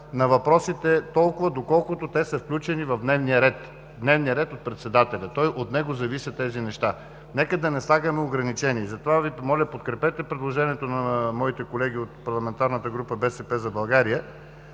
на въпросите толкова, доколкото те са включени в дневния ред – дневния ред, от председателя. От него зависят тези неща. Нека да не слагаме ограничения. Затова Ви моля да подкрепите предложението на моите колеги от Парламентарната група “БСП за България”,